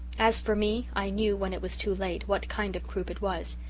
as for me, i knew, when it was too late, what kind of croup it was.